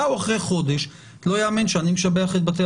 באו אחרי חודש לא ייאמן שאני משבח את בתי